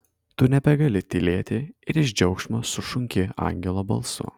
tu nebegali tylėti ir iš džiaugsmo sušunki angelo balsu